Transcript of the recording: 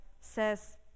says